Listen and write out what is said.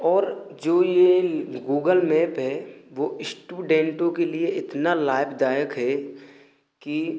ओर जो यह Google map है वह श्टूडेन्टों के लिए इतना लाभदायक है कि